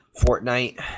Fortnite